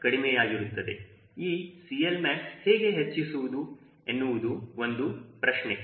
ಈ CLmax ಹೇಗೆ ಹೆಚ್ಚಿಸುವುದು ಎನ್ನುವುದು ಒಂದು ಪ್ರಶ್ನೆ